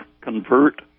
convert